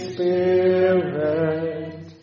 Spirit